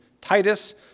Titus